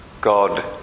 God